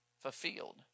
fulfilled